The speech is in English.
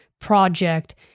project